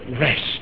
rest